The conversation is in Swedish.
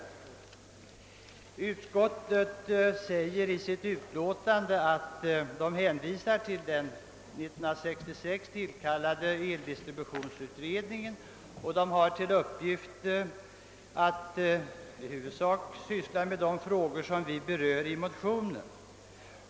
Utskottet hänvisar i sitt utlåtande till den år 1966 tillkallade = eldistributionsutredningen, som har till uppgift att i huvudsak syssla med de frågor som vi behandlar i motionerna.